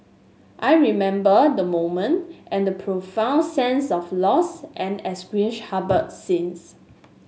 I remember the moment and the profound sense of loss and anguish harboured since